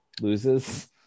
loses